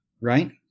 right